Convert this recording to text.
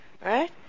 right